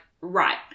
right